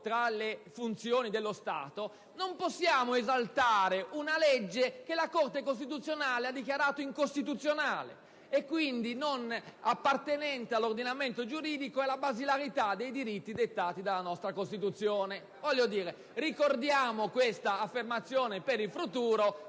tra le funzioni dello Stato, non possiamo esaltare una legge che la Corte costituzionale ha dichiarato incostituzionale, quindi non appartenente all'ordinamento giuridico ed alla basilarità dei diritti dettati dalla nostra Costituzione. Ricordiamo questa affermazione per il futuro.